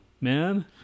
man